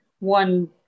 one